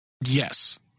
Yes